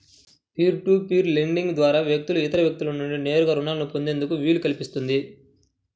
peer to peer lending ద్వారా వ్యక్తులు ఇతర వ్యక్తుల నుండి నేరుగా రుణాలను పొందేందుకు వీలు కల్పిస్తుంది